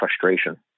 frustration